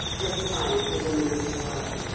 replied the woman of the world,